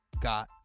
got